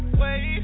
wait